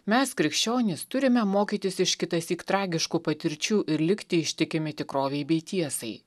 mes krikščionys turime mokytis iš kitą išsyk tragiškų patirčių ir likti ištikimi tikrovei bei tiesai